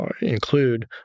include